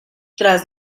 tras